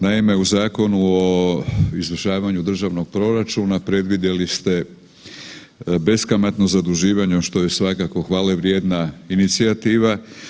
Naime, u Zakonu o izvršavanju državnog proračuna predvidjeli ste beskamatno zaduživanje što je svakako hvale vrijedna inicijativa.